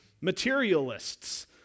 materialists